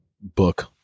book